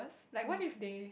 like what if they